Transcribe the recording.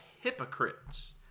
hypocrites